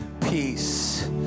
peace